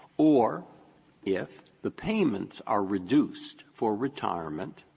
or if the payments are reduced for retirement,